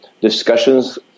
discussions